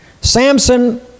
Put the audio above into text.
Samson